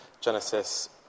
Genesis